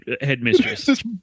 headmistress